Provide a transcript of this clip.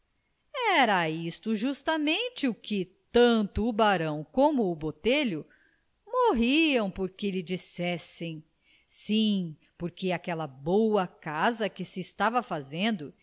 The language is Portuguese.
era isto justamente o que tanto o barão como o botelho morriam por que lhe dissessem sim porque aquela boa casa que se estava fazendo